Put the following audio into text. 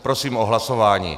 Prosím o hlasování.